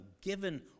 given